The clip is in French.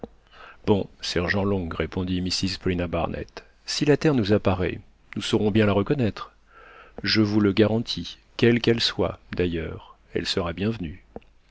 bon sergent long répondit mrs paulina barnett si la terre nous apparaît nous saurons bien la reconnaître je vous le garantis quelle qu'elle soit d'ailleurs elle sera